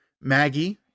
Maggie